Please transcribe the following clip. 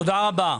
תודה רבה.